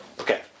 Okay